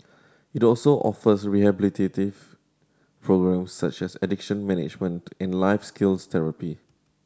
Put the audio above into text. it also offers rehabilitative programmes such as addiction management and life skills therapy